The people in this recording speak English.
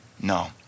No